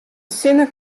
sinne